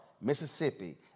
Mississippi